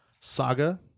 Saga